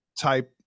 type